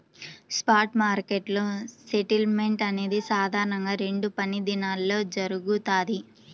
spot మార్కెట్లో settlement అనేది సాధారణంగా రెండు పనిదినాల్లో జరుగుతది,